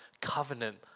covenant